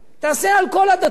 תעשה על כל הדתות.